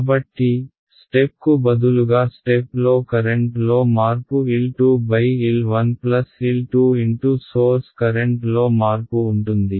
కాబట్టి స్టెప్కు బదులుగా స్టెప్లో కరెంట్లో మార్పు L 2 L 1 L 2 సోర్స్ కరెంట్లో మార్పు ఉంటుంది